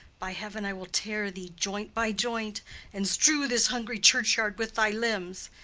by heaven, i will tear thee joint by joint and strew this hungry churchyard with thy limbs.